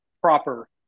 proper